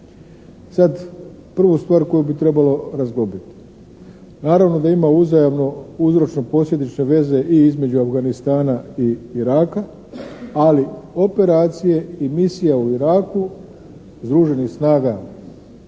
Sad prvu stvar koju bi trebalo razglobiti. Naravno da ima uzajamno uzročno-posljedične veze i između Afganistana i Iraka, ali operacije i misije u Iraku združenih snaga pripadnika